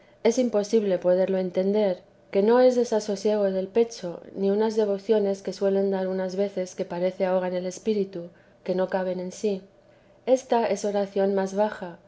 es imposible poderlo entender que no es desasosiego del pecho ni unas devociones que suelen dar muchas veces que parece ahogan el espíritu que no caben en sí esta es oración más baja